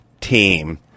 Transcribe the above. team